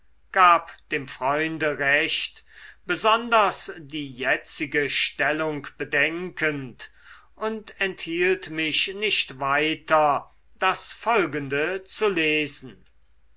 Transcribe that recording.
gab dem freunde recht besonders die jetzige stellung bedenkend und enthielt mich nicht weiter das folgende zu lesen